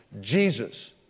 Jesus